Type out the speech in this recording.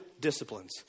disciplines